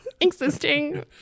existing